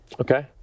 Okay